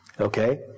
Okay